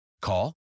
Call